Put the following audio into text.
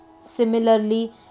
Similarly